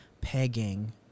Pegging